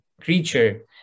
creature